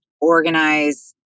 organize